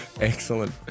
Excellent